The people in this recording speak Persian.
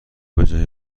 بجای